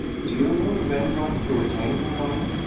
do you know of any one who attained nirvana?